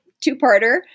two-parter